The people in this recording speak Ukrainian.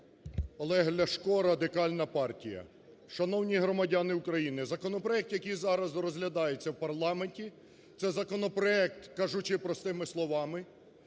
Олег Ляшко, Радикальна партія. Шановні громадяни України, законопроект, який зараз розглядається в парламенті це законопроект, кажучи простими словами,